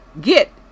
get